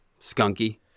skunky